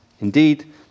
Indeed